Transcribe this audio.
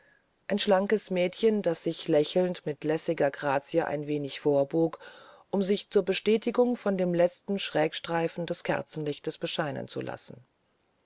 ein schlankes mädchen das sich lächelnd mit lässiger grazie ein wenig vorbog um sich zur bestätigung von dem letzten schrägstreifen des kerzenlichtes bescheinen zu lassen